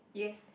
yes